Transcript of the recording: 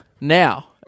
Now